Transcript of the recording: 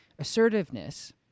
assertiveness